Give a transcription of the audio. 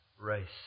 race